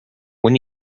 when